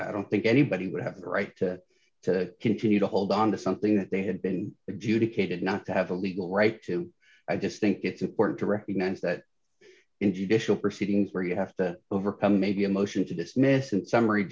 i don't think anybody would have the right to continue to hold on to something that they had been adjudicated not to have a legal right to i just think it's important to recognize that in judicial proceedings where you have to overcome maybe a motion to dismiss in summary